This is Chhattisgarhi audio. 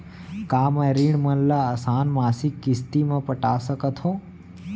का मैं ऋण मन ल आसान मासिक किस्ती म पटा सकत हो?